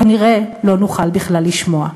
כנראה, לא נוכל בכלל לשמוע.